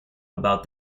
about